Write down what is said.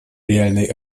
реальной